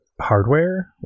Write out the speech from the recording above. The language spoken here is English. hardware